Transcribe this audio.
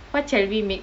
what shall we make